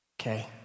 Okay